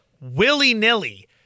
willy-nilly